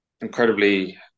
incredibly